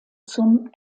zum